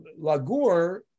Lagur